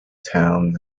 towns